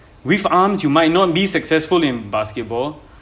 with arm you might not be successful in basketball